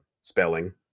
spelling